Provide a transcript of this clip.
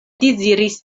deziris